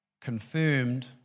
confirmed